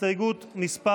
הסתייגות מס'